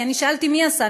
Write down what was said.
כי שאלתי מי עשה,